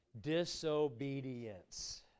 Disobedience